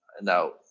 Now